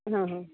ହଁ ହେଉ